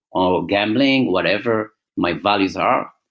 or gambling, whatever my values are.